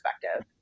perspective